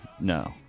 No